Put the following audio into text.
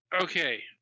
Okay